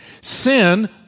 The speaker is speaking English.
Sin